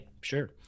sure